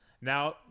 Now